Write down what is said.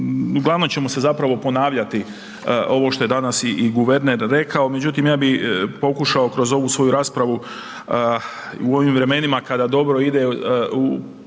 uglavnom ćemo se zapravo ponavljati ovo što je danas i, i guverner rekao, međutim ja bi pokušao kroz ovu svoju raspravu i u ovim vremenima kada dobro ide u,